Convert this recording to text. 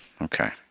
Okay